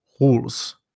rules